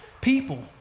people